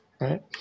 right